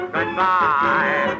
Goodbye